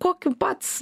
kokiu pats